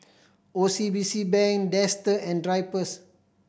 O C B C Bank Dester and Drypers